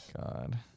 God